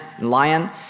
lion